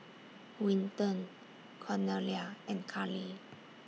Winton Cornelia and Carli